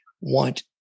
want